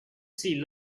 see